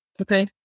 Okay